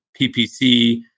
PPC